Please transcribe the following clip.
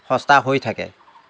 সস্তা হৈ থাকে